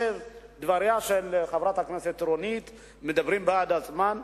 דבריה של חברת הכנסת רונית תירוש מדברים בעד עצמם,